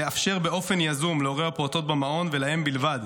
לאפשר באופן יזום להורי הפעוטות במעון ולהם בלבד,